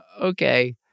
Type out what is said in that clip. Okay